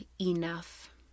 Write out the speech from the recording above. enough